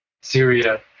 Syria